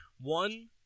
one